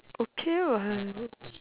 okay what